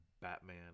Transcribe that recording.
Batman